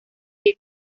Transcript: que